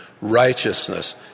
righteousness